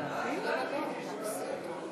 חבר הכנסת יהודה גליק,